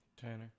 Tanner